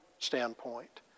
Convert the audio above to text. standpoint